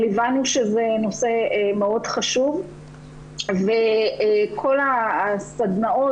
אבל הבנו שזה נושא מאוד חשוב וכל הסדנאות,